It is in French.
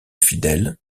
fidèles